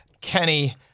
kenny